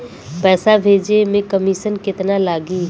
पैसा भेजे में कमिशन केतना लागि?